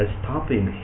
stopping